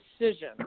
decision